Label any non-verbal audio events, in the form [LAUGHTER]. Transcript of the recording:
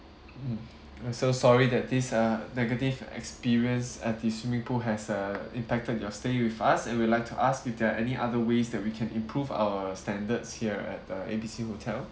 mmhmm [BREATH] we're so sorry that this uh negative experience at the swimming pool has uh impacted your stay with us and we'd like to ask if there are any other ways that we can improve our standards here at uh A B C hotel